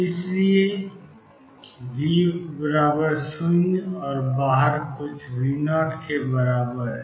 इसलिए V0 और बाहर कुछ V0 के बराबर है